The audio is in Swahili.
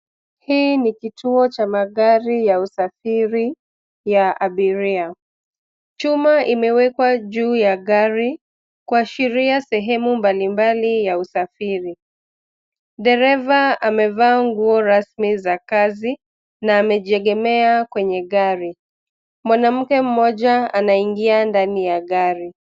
Hii ni kituo cha magari ya usafiri ya abiria. Chuma imewekwa juu ya gari kuashiria sehemu mbalimbali ya usafiri. Dereva amevaa nguo rasmi za kazi na amejigemea kwenye gari. Mwanamke mmoja anaingia ndani ya gari.